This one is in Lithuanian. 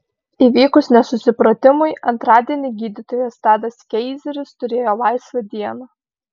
įvykus nesusipratimui antradienį gydytojas tadas keizeris turėjo laisvą dieną